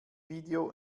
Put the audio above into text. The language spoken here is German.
video